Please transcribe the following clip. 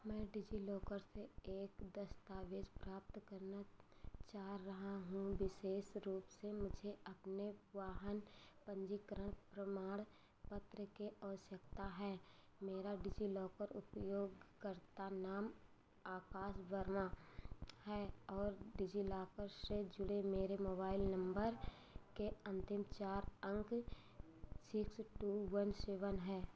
मैं डिजिलॉकर से एक दस्तावेज़ प्राप्त करना चाह रहा हूँ विशेष रूप से मुझे अपने वाहन पंजीकरण प्रमाण पत्र के आवश्यकता है मेरा डिजिलॉकर उपयोग करता नाम आकास वर्मा है और डिजिलॉकर से जुड़े मेरे मोबाईल नंबर के अंतिम चार अंक सिक्स टू वन सेवन है